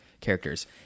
characters